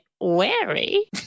wary